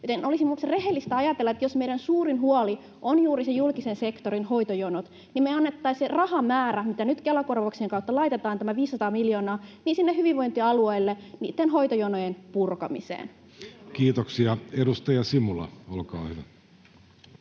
olisi ollut rehellistä ajatella, että jos meidän suurin huolemme on juuri julkisen sektorin hoitojonot, niin me annettaisiin se rahamäärä, mitä nyt Kela-korvauksien kautta laitetaan — tämä 500 miljoonaa — sinne hyvinvointialueille niitten hoitojonojen purkamiseen. Kiitoksia. — Edustaja Simula, olkaa hyvä.